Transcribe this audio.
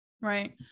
Right